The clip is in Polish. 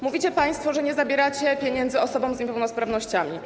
Mówicie państwo, że nie zabieracie pieniędzy osobom z niepełnosprawnościami.